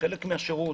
חלק מהשירות.